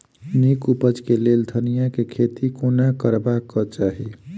नीक उपज केँ लेल धनिया केँ खेती कोना करबाक चाहि?